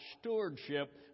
stewardship